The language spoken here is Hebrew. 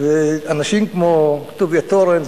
אנשים כמו טוביה תורן,